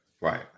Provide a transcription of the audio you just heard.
right